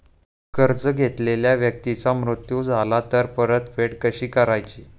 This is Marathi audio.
कर्ज घेतलेल्या व्यक्तीचा मृत्यू झाला तर परतफेड कशी करायची?